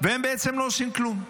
והם בעצם לא עושים כלום?